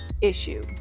issue